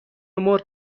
مرغ